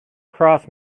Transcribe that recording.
cross